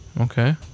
Okay